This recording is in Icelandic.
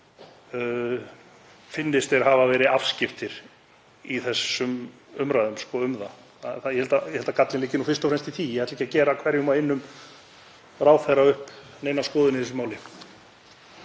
finnist þeir hafa verið afskiptir í umræðum um það. Ég held að þetta liggi fyrst og fremst í því. Ég ætla ekki að gera hverjum og einum ráðherra upp neina skoðun í þessu máli.